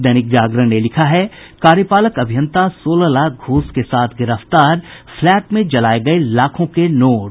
दैनिक जागरण ने लिखा है कार्यपालक अभियंता सोलह लाख घूस के साथ गिरफ्तार फ्लैट में जलाये गये लाखों के नोट